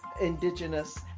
Indigenous